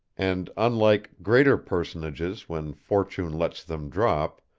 and, unlike greater personages when fortune lets them drop,